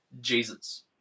Jesus